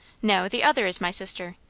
no, the other is my sister.